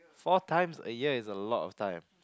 four times a year is a lot of time